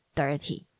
dirty